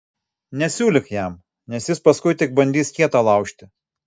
nesiūlyk jam nes jis paskui tik bandys kietą laužti